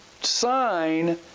sign